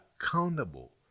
accountable